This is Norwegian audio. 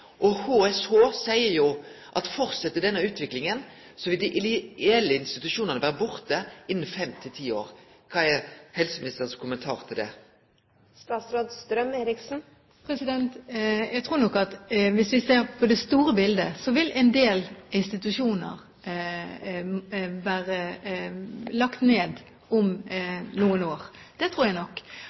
HSH seier at dersom denne utviklinga held fram, vil dei ideelle institusjonane vere borte innan fem–ti år. Kva er helseministerens kommentar til det? Jeg tror nok at hvis vi ser på det store bildet, vil en del institusjoner være lagt ned om noen år – det tror jeg nok.